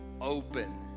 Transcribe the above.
open